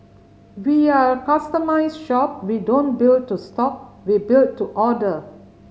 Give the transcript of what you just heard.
we are a customised shop we don't build to stock we build to order